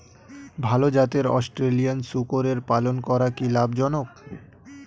ভাল জাতের অস্ট্রেলিয়ান শূকরের পালন করা কী লাভ জনক?